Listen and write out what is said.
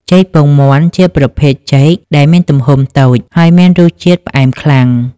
ចេកពងមាន់ ជាប្រភេទចេកដែលមានទំហំតូច ហើយមានរសជាតិផ្អែមខ្លាំង។